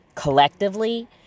collectively